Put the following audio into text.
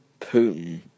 Putin